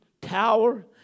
Tower